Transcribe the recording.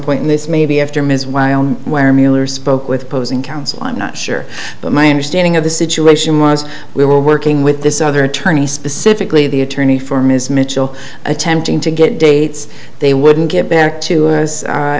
point and this may be after ms why on where mueller spoke with posing counsel i'm not sure but my understanding of the situation was we were working with this other attorney specifically the attorney for ms mitchell attempting to get dates they wouldn't get back to us